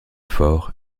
fort